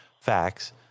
facts